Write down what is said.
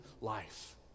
life